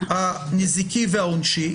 הנזיקי והעונשי,